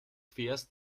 fährst